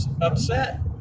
upset